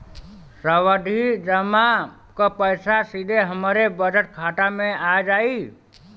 सावधि जमा क पैसा सीधे हमरे बचत खाता मे आ जाई?